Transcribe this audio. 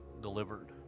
delivered